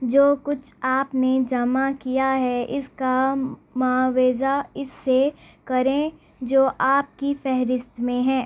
جو کچھ آپ نے جمع کیا ہے اس کا معاوضہ اس سے کریں جو آپ کی فہرست میں ہے